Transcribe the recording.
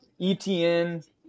ETN